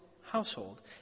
household